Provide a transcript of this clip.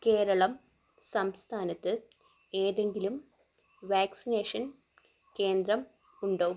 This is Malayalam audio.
കേരളം സംസ്ഥാനത്ത് ഏതെങ്കിലും വാക്സിനേഷൻ കേന്ദ്രം ഉണ്ടോ